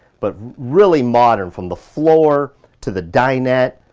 but really modern, from the floor to the dinette,